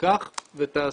קח ותעשה.